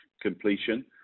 completion